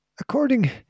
According